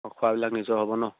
খোৱাবিলাক নিজৰ হ'ব নহ্